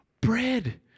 bread